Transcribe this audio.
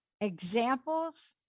examples